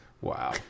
Wow